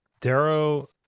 Darrow